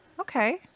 Okay